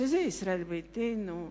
שזה ישראל ביתנו,